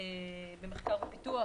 ומחקר ופיתוח.